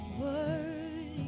Worthy